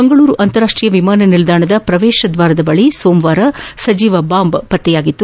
ಮಂಗಳೂರು ಅಂತಾರಾಷ್ಟೀಯ ವಿಮಾನ ನಿಲ್ದಾಣದ ಪ್ರವೇಶ ದ್ವಾರದ ಬಳಿ ಸೋಮವಾರ ಸಜೀವ ಬಾಂಬ್ ಪತ್ತೆಯಾಗಿತ್ತು